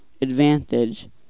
Advantage